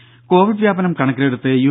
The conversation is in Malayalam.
ദര കൊവിഡ് വ്യാപനം കണക്കിലെടുത്ത് യു